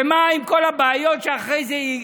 ומה עם כל הבעיות שאחרי זה?